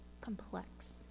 complex